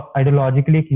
ideologically